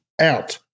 out